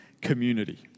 community